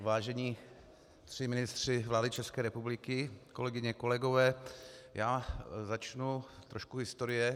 Vážení tři ministři vlády České republiky, kolegyně, kolegové, já začnu troškou historie.